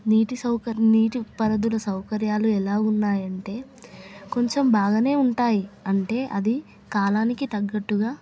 నీటి సౌకర్యం నీటి పరిదుల సౌకర్యాలు ఎలా ఉన్నాయి అం కొంచెం బాగా ఉంటాయి అంటే అది కాలానికి తగ్గట్టుగా